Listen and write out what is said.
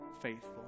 faithful